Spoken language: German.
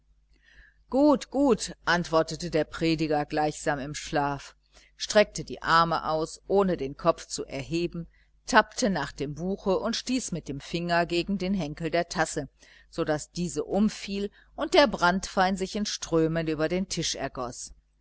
gut gut antwortete der prediger gleichsam im schlaf streckte die arme aus ohne den kopf zu erheben tappte nach dem buche und stieß mit dem finger gegen den henkel der tasse so daß diese umfiel und der branntwein sich in strömen über den tisch ergoß